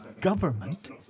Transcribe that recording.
government